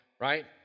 right